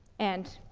and,